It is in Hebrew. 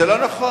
זה לא נכון.